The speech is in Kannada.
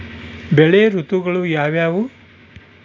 ಬೆಳೆ ಋತುಗಳು ಯಾವ್ಯಾವು?